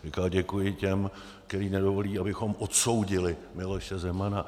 Říkal, děkuji těm, kteří nedovolí, abychom odsoudili Miloše Zemana.